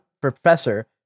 professor